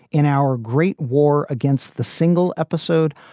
in our great war against the single episode,